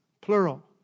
plural